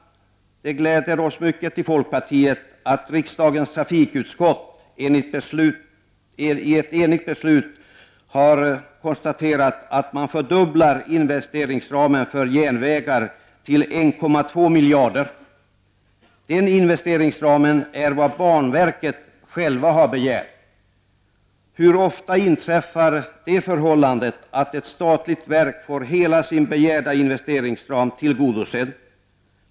Det gläder oss mycket i folkpartiet att riksdagens trafikutskott enigt beslutat föreslå att för nästa år fördubbla investeringsramen för järnvägarna till 1,2 miljarder. Den investeringsramen är vad banverket självt har begärt. Hur ofta inträffar det förhållandet att ett statligt verk får hela sin begärda investeringsram tillgodosedd?